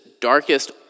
darkest